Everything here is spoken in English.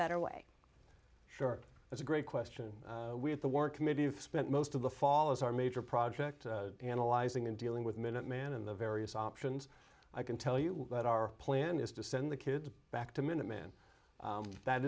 better way sure that's a great question we had the war committee of spent most of the fall is our major project analyzing and dealing with minute man in the various options i can tell you that our plan is to send the kid back to